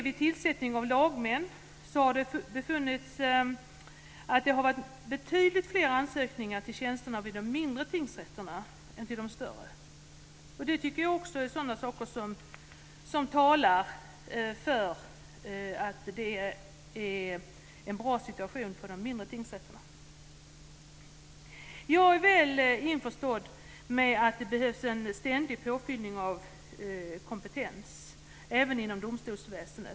Vid tillsättningen av lagmän har det befunnits att det har varit betydligt fler ansökningar till tjänsterna vid de mindre tingsrätterna än vid de större. Detta tycker jag också är en sak som talar för att det råder en bra situation på de mindre tingsrätterna. Jag är väl införstådd med att det behövs en ständig påfyllning av kompetens även inom domstolsväsendet.